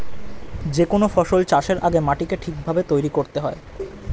যে কোনো ফসল চাষের আগে মাটিকে ঠিক ভাবে তৈরি করতে হয়